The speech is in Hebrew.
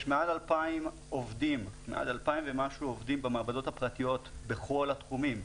יש מעל 2,000 עובדים במעבדות הפרטיות בכל התחומים,